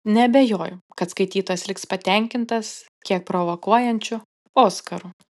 neabejoju kad skaitytojas liks patenkintas kiek provokuojančiu oskaru